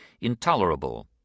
intolerable